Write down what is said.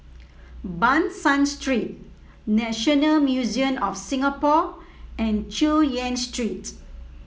Ban San Street National Museum of Singapore and Chu Yen Street